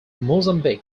mozambique